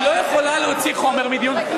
היא לא יכולה להוציא חומר מדיון.